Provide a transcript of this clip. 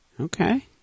Okay